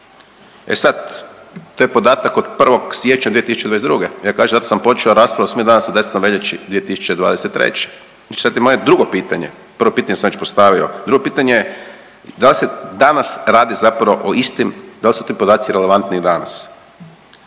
E sad, to je podatak od 1. siječnja 2022., ja kažem, zato sam počeo raspravu jer smo danas na 10. veljači 2023., znači sad je moje drugo pitanje, prvo pitanje sam već postavio, drugo pitanje, da li se danas radi zapravo o istim, da li su ti podaci relevantni i danas?